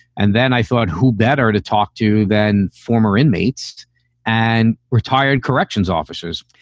and then i thought, who better to talk to than former inmates and retired corrections officers?